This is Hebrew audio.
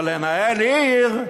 אבל לנהל עיר,